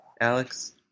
Alex